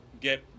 get